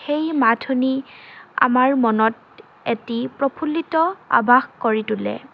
সেই মাত শুনি আমাৰ মনত এটি প্ৰফুল্লিত আৱাস কৰি তোলে